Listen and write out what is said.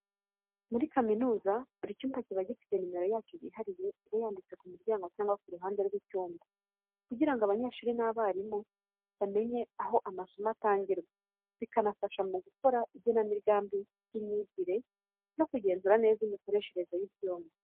Muri kaminuza buri cyumba kiba gifite nimero yacyo yihariye iba yanditse ku muryango cyangwa ku ruhande rw'icyumba, kugira ngo abanyeshuri n'abarimu bamenye aho amasomo atangirwa, bikanafasha mu gukora igenamigambi ry'imyigire no kugenzura neza imikoreshereze y'ibyumba.